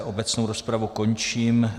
Obecnou rozpravu končím.